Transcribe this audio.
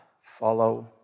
follow